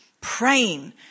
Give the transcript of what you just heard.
praying